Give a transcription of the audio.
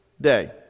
day